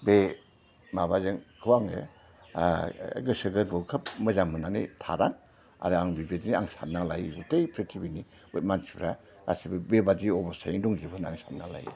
बे माबाजोंखौ आङो गोसोफोरखौ खोब मोजां मोननानै थाया आरो आंबो बिदिनो सानना लायो गतेय पृथ्बीनि मानसिफ्रा गासैबो बेबादि अबस्थायैनो दंजोबो होननानै साननानै लायो